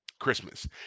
christmas